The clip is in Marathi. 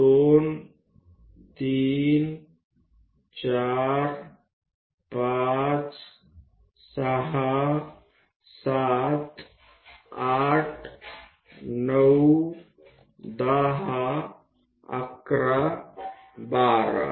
1 2 3 4 5 6 7 8 9 10 11 आणि 12